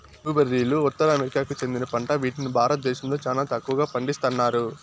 blue బెర్రీలు ఉత్తర అమెరికాకు చెందిన పంట వీటిని భారతదేశంలో చానా తక్కువగా పండిస్తన్నారు